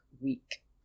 week